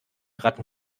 ratten